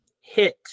Hit